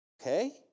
Okay